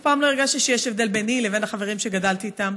אף פעם לא הרגשתי שיש הבדל ביני לבין החברים שגדלתי איתם.